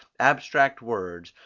abstract words,